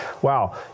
Wow